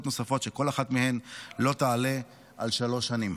נוספות שכל אחת מהן לא תעלה על שלוש שנים.